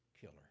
killer